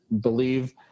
believe